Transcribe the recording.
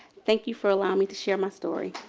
thank you for allowing me to share my story.